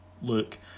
look